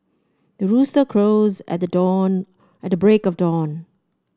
the rooster crows at the dawn at the break of dawn